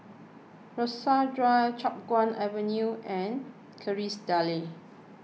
Rasok Drive Chiap Guan Avenue and Kerrisdale